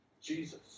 Jesus